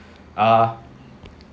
uh